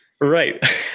Right